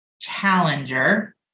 challenger